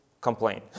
complain